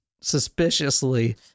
suspiciously